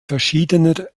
verschiedener